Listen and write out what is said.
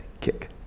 kick